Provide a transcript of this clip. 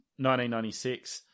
1996